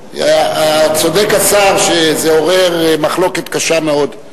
צודק השר שזה עורר מחלוקת קשה מאוד.